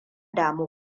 damu